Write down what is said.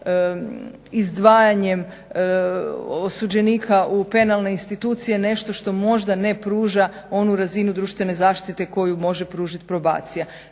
izdvajanjem osuđenika u penalne institucije nešto što možda ne pruža onu razinu društvene zaštite koju može pružiti probacija.